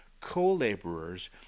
co-laborers